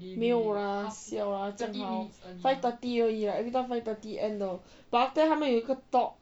没有 lah siao lah 这样好 five thirty 而已 lah every time five thirty end 的 but after that 他们有一个 talk